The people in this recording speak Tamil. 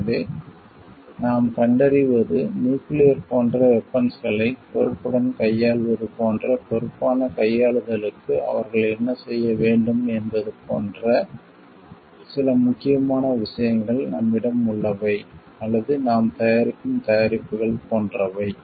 எனவே நாம் கண்டறிவது நியூக்கிளியர் போன்ற வெபன்ஸ்களை பொறுப்புடன் கையாள்வது போன்ற பொறுப்பான கையாளுதலுக்கு அவர்கள் என்ன செய்ய வேண்டும் என்பது போன்ற சில முக்கியமான விஷயங்கள் நம்மிடம் உள்ளவை அல்லது நாம் தயாரிக்கும் தயாரிப்புகள் போன்றவை